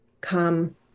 come